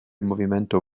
movimento